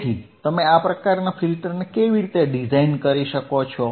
તેથી તમે આ પ્રકારના ફિલ્ટરને કેવી રીતે ડિઝાઇન કરી શકો છો